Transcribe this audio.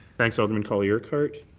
thanks, alderman colley-urquhart.